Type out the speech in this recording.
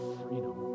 freedom